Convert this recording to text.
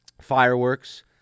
fireworks